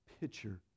picture